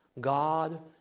God